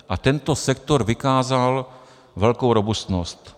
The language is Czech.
A tento sektor vykázal velkou robustnost.